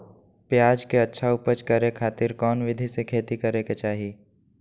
प्याज के अच्छा उपज करे खातिर कौन विधि से खेती करे के चाही?